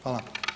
Hvala.